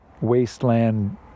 wasteland